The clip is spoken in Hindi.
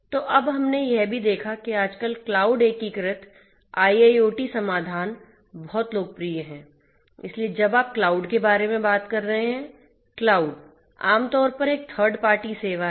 तो अब हमने यह भी देखा है कि आजकल क्लाउड एकीकृत IIoT समाधान बहुत लोकप्रियहै इसलिए जब आप क्लाउड के बारे में बात कर रहे हैं क्लाउड आमतौर पर एक थर्ड पार्टी सेवा है